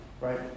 Right